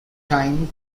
time